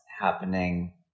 happening